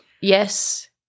Yes